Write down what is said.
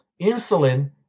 insulin